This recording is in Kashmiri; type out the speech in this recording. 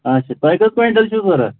آچھا تۄہہِ کٔژ کوینٛٹل چھُو ضوٚرتھ